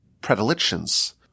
predilections